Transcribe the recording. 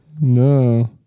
No